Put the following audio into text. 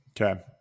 Okay